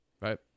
right